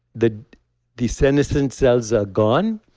the the senescent cells are gone,